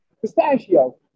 pistachio